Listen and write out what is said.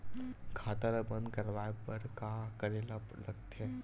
खाता ला बंद करवाय बार का करे ला लगथे?